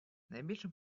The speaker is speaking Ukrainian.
найбільшим